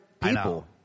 people